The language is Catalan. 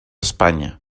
espanya